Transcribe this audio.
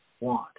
want